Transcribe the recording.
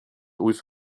with